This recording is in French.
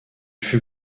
fut